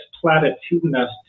platitudinous